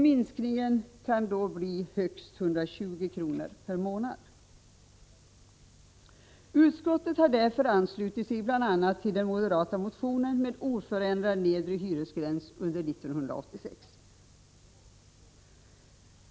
Minskningen kan bli högst 120 kr. per månad. Utskottet har därför anslutit sig bl.a. till den moderata motionen med oförändrad nedre hyresgräns under 1986.